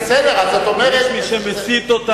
יש מי שמסית אותם,